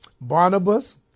Barnabas